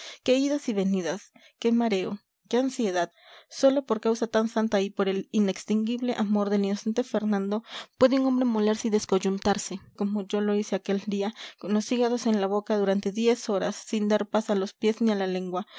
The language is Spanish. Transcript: idas y venidas qué mareo qué ansiedad sólo por causa tan santa y por el inextinguible amor del inocente fernando puede un hombre molerse y descoyuntarse como yo lo hice aquel día con los hígados en la boca durante diez horas sin dar paz a los pies ni a la lengua